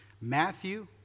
Matthew